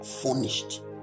furnished